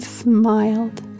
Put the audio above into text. smiled